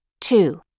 Two